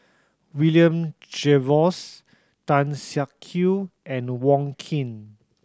William Jervois Tan Siak Kew and Wong Keen